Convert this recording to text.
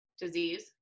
disease